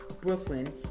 Brooklyn